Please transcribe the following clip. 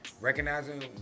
recognizing